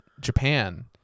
Japan